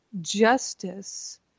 justice